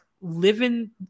living